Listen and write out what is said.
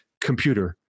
computer